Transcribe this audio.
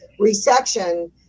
resection